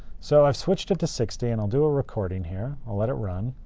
so i've switched it to sixty, and i'll do a recording here. i'll let it run.